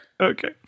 Okay